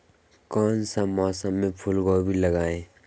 कौन सा मौसम में फूलगोभी लगाए?